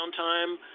downtime